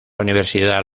universidad